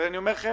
ואני אומר לכם,